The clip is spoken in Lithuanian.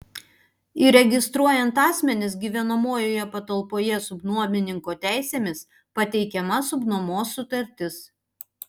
įregistruojant asmenis gyvenamojoje patalpoje subnuomininko teisėmis pateikiama subnuomos sutartis